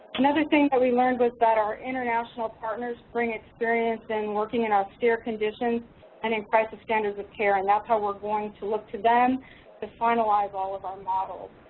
another thing that we learned was that our international partners bring experience in working in austere conditions and in crisis standards of care and that's how we're going to look to them to finalize all of our models.